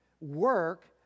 work